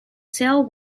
sale